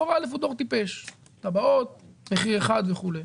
דור א' הוא דור טיפש טבעות, מחיר אחד וכולי.